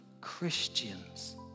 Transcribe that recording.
Christians